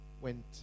went